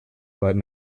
but